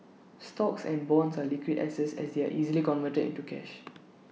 stocks and bonds are liquid assets as they are easily converted into cash